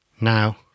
Now